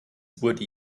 wurde